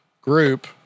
group